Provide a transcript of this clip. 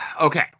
Okay